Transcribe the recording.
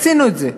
עשינו את זה.